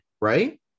Right